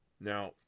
Now